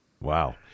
Wow